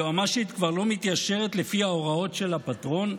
היועמ"שית כבר לא מתיישרת לפי ההוראות של הפטרון?